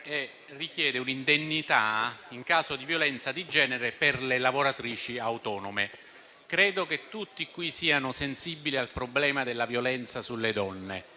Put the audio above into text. richiede un'indennità in caso di violenza di genere per le lavoratrici autonome. Credo che tutti in quest'Aula siano sensibili al problema della violenza sulle donne.